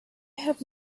have